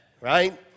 right